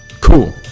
Cool